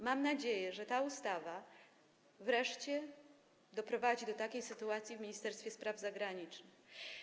Mam nadzieję, że ta ustawa wreszcie doprowadzi do takiej sytuacji w Ministerstwie Spraw Zagranicznych.